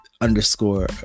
underscore